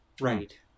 right